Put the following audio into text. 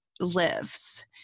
lives